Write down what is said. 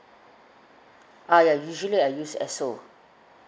ah ya usually I use Esso